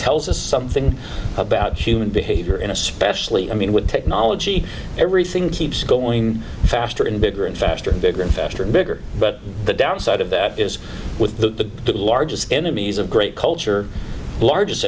tells us something about human behave and especially i mean with technology everything keeps going faster and bigger and faster bigger and faster and bigger but the downside of that is with the largest enemies of great culture largest